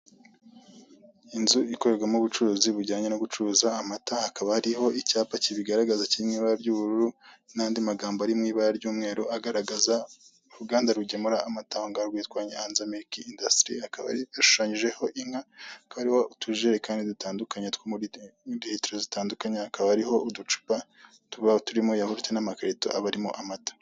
Inzu ikorerwamo ubucuruzi bujyanye no gucuruza amata, hakaba hariho icyapa kibigaragaza kiri mu ibara ry'ubururu, n'andi magambo ari mu ibara ry'umweru agaragaza uruganda rugemura amata rwitwa Nyanza milk industries, hakaba hashushanyijeho inka, hakaba hariho utujerekani dutandukanye two muri ritiro zitandukanye, hakaba hariho uducupa tuba turimo yawurute n'amakarito aba arimo amata.